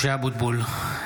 משה אבוטבול,